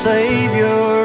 Savior